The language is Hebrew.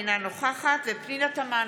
אינה נוכחת פנינה תמנו,